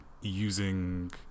using